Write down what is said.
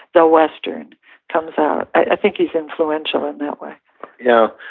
the western comes out. i think he's influential in that way yeah